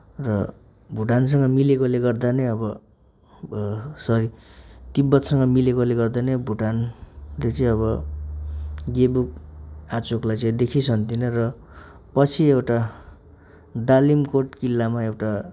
र भुटानसँग मिलेकोले गर्दा नै अब सरी तिब्बतसँग मिलेकोले गर्दा नै भुटानले चाहिँ अब गेबु आचुकलाई चाहिँ देखी सहन्थेन र पछि एउटा दालिम कोट किल्लामा एउटा